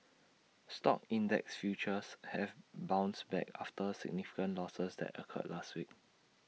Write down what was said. stock index futures have bounced back after significant losses that occurred last week